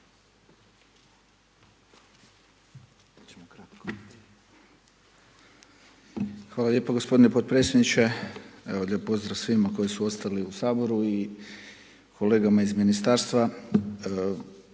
Hvala lijepo gospodine potpredsjedniče. Evo, lijep pozdrav svima koji su ostali u Saboru i kolegama iz ministarstva.